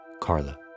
Carla